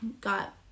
got